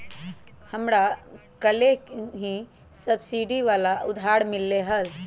हमरा कलेह ही सब्सिडी वाला उधार मिल लय है